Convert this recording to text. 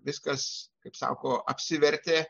viskas kaip sako apsivertė